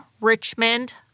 Richmond